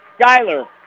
Skyler